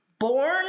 Born